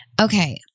Okay